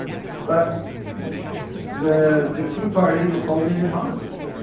but the the tea party is holding it hostage.